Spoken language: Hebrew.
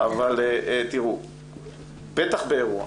בטח באירוע